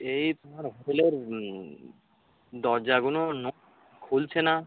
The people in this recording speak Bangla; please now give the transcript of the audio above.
এই তোমার হোটেলের দরজাগুলো ন খুলছে না